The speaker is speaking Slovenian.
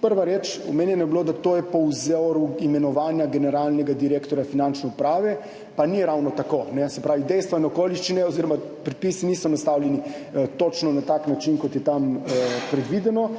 Prva reč, omenjeno je bilo, da je to po vzoru imenovanja generalnega direktorja Finančne uprave, pa ni ravno tako, ne. Se pravi, dejstva in okoliščine oziroma predpisi niso nastavljeni točno na tak način, kot je tam predvideno,